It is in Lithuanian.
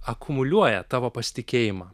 akumuliuoja tavo pasitikėjimą